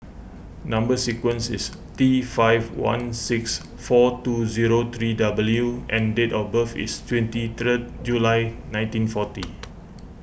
Number Sequence is T five one six four two zero three W and date of birth is twenty third July nineteen forty